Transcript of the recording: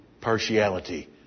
partiality